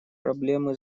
проблемы